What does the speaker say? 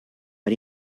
but